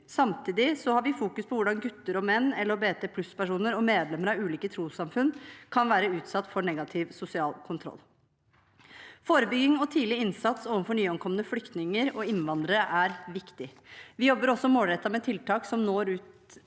Samtidig har vi i fokus hvordan gutter og menn, LHBT+-personer og medlemmer av ulike trossamfunn kan være utsatt for negativ sosial kontroll. Forebygging og tidlig innsats overfor nyankomne flyktninger og innvandrere er viktig. Vi jobber også målrettet med tiltak som når